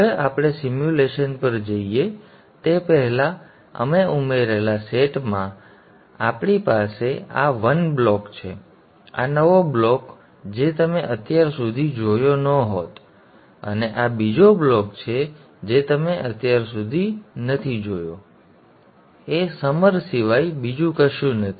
હવે આપણે સિમ્યુલેશન પર જઈએ તે પહેલાં અમે ઉમેરેલા સેટમાં અમારી પાસે આ 1 બ્લોક છે આ નવો બ્લોક જે તમે અત્યાર સુધી જોયો ન હોત અને આ બીજો બ્લોક છે જે તમે અત્યાર સુધી જોયો ન હોત એ ઉનાળા સિવાય બીજું કશું જ નથી